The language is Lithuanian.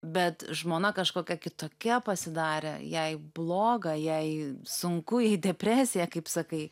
bet žmona kažkokia kitokia pasidarė jai bloga jai sunku jai depresija kaip sakai